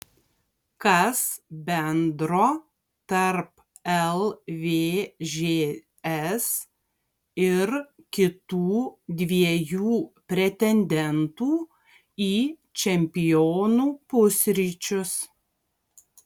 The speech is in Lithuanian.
kas bendro tarp lvžs ir kitų dviejų pretendentų į čempionų pusryčius